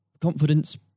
confidence